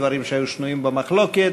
דברים שהיו שנויים במחלוקת,